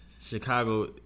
Chicago